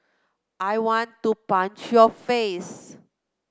I want to punch your face